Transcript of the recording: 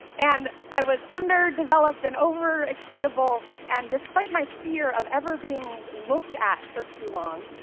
and i was underdeveloped and over-excitable. and despite my fear of ever being looked at for too long,